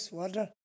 water